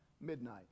midnight